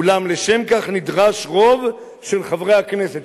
אולם לשם כך נדרש רוב של חברי הכנסת,